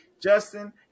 Justin